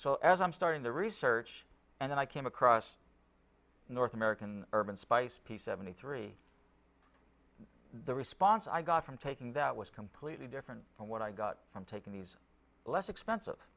so as i'm starting the research and i came across north american urban spice p seventy three the response i got from taking that was completely different from what i got from taking these less expensive